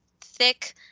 thick